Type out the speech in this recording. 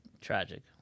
Tragic